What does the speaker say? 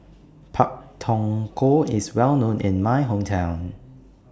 Pak Thong Ko IS Well known in My Hometown